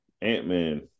Ant-Man